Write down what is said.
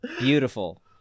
Beautiful